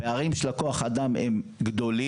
הפערים של כוח האדם הם גדולים,